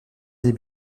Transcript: des